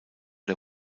der